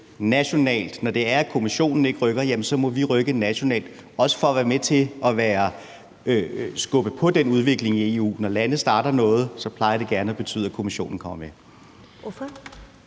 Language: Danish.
nationalt? For når det er sådan, at Kommissionen ikke rykker, så må vi rykke nationalt – også for at være med til at skubbe på den udvikling i EU. Når lande starter noget, plejer det gerne at betyde, at Kommissionen kommer med.